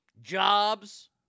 Jobs